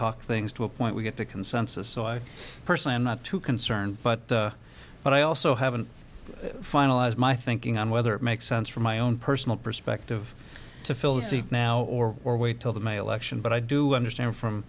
talk things to a point we get to consensus so i personally am not too concerned but but i also haven't finalized my thinking on whether it makes sense from my own personal perspective to fill the seat now or wait till the may elections but i do understand from